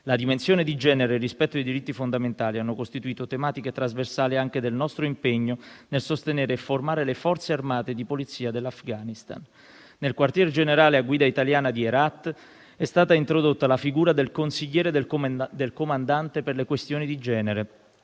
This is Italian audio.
La dimensione di genere e il rispetto dei diritti fondamentali hanno costituito tematiche trasversali anche del nostro impegno nel sostenere e formare le Forze armate e di polizia dell'Afghanistan. Nel quartier generale a guida italiana di Herat è stata introdotta la figura del consigliere del comandante per le questioni di genere,